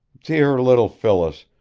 dear little phyllis,